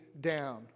down